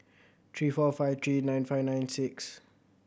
three four five three nine five nine six